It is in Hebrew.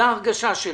זו ההרגשה שלי.